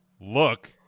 look